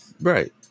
right